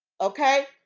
okay